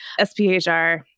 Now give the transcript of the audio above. SPHR